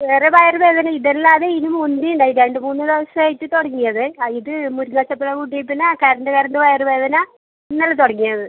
വേറെ വയറുവേദന ഇത് അല്ലാതെ ഇതിന് മുന്തി ഉണ്ടായി രണ്ട് മൂന്ന് ദിവസമായിട്ട് തുടങ്ങിയത് ആ ഇത് മുരിങ്ങാച്ചപ്പ് ഇല കൂട്ടിയതിൽ പിന്നെ കരണ്ട് കരണ്ട് വയറുവേദന ഇന്നലെ തുടങ്ങിയത്